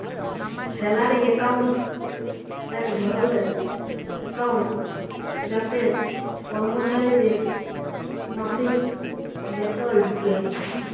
salary account এক ধরলের account যাতে করমচারিদের মাসিক বেতল ঢুকে